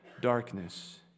darkness